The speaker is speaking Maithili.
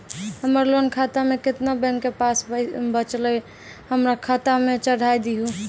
हमरा लोन खाता मे केतना बैंक के पैसा बचलै हमरा खाता मे चढ़ाय दिहो?